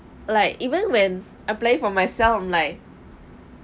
like even when applying for myself I'm like